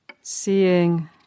Seeing